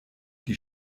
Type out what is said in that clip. die